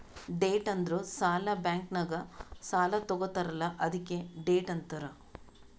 debt ಅಂದುರ್ ಸಾಲ, bank ನಾಗ್ ಸಾಲಾ ತಗೊತ್ತಾರ್ ಅಲ್ಲಾ ಅದ್ಕೆ ಡೆಟ್ ಅಂತಾರ್